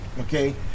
okay